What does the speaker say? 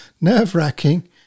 nerve-wracking